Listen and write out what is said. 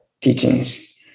teachings